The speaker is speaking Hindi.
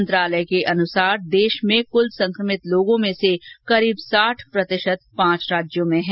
मंत्रालय के अनुसर देश में कृल संक्रमित लोर्गो में से करीब साठ प्रतिशत पांच राज्यों में हैं